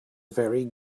very